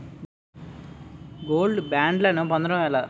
Gold బ్యాండ్లను పొందటం ఎలా?